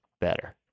better